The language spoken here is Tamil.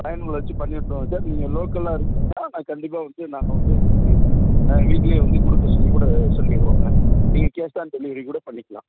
பையன்களை வச்சு பண்ணி விட்ருவோம் சார் நீங்கள் லோக்கலாக இருந்தால் கண்டிப்பாக வந்து நாங்கள் வந்து உங்களுக்கு நாங்கள் வீட்டிலியே வந்துக் கொடுக்க சொல்லிக் கூட சொல்லிடுவோங்க நீங்கள் கேஷ் ஆன் டெலிவரி கூட பண்ணிக்கலாம்